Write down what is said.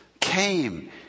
came